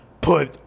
put